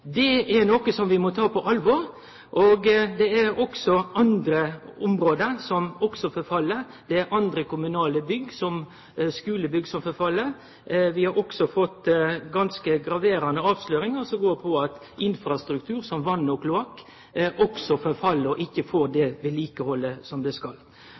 Det er noko som vi må ta på alvor. Det er også på andre område forfall. Andre kommunale bygg, som skulebygg, forfell. Det har også kome ganske graverande avsløringar som tyder på at infrastruktur, som vatn og kloakk, forfell, og at det ikkje er det vedlikehaldet som det skal